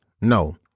No